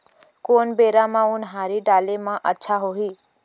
कोन बेरा म उनहारी डाले म अच्छा होही?